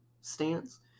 stance